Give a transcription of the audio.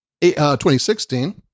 2016